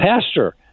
pastor